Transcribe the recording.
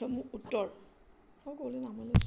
মোক উত্তৰ